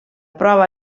prova